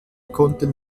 konnten